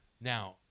Now